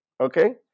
Okay